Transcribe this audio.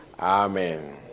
Amen